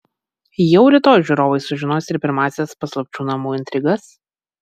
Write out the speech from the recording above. jau rytoj žiūrovai sužinos ir pirmąsias paslapčių namų intrigas